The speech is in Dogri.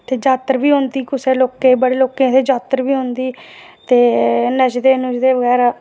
कुसै जात्तर बी होंदी बड़े लोक कुसै दी जात्तर बी होंदी ते नचदे बगैरा